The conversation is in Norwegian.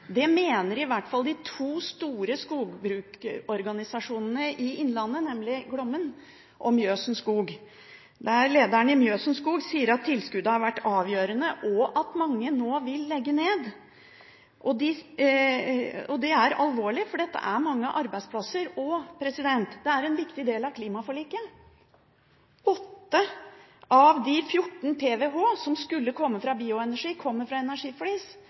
Det mener i hvert fall de to store skogbruksorganisasjonene i innlandet, nemlig Glommen Skog og Mjøsen Skog. Lederen i Mjøsen Skog sier at tilskuddet har vært avgjørende, og at mange nå vil legge ned. Det er alvorlig, for det er mange arbeidsplasser, og det er en viktig del av klimaforliket. Åtte av de fjorten TWh som skulle komme fra bioenergi, kommer fra